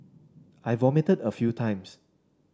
I vomited a few times